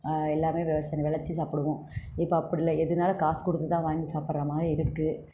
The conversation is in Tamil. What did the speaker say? எல்லாமே விவசாயம் விளச்சி சாப்பிடுவோம் இப்போது அப்படி இல்லை எதுனாலும் காசு கொடுத்து தான் வாங்கி சாப்பிடுற மாதிரி இருக்குது